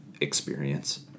experience